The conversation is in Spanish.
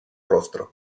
rostro